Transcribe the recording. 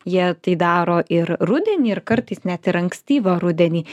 jie tai daro ir rudenį ir kartais net ir ankstyvą rudenį